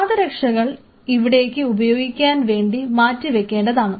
പാദരക്ഷകൾ ഇവിടേക്ക് ഉപയോഗിക്കാൻ വേണ്ടി മാറ്റി വയ്ക്കേണ്ടതാണ്